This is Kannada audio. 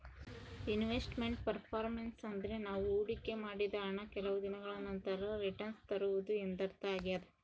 ಇನ್ವೆಸ್ಟ್ ಮೆಂಟ್ ಪರ್ಪರ್ಮೆನ್ಸ್ ಅಂದ್ರೆ ನಾವು ಹೊಡಿಕೆ ಮಾಡಿದ ಹಣ ಕೆಲವು ದಿನಗಳ ನಂತರ ರಿಟನ್ಸ್ ತರುವುದು ಎಂದರ್ಥ ಆಗ್ಯಾದ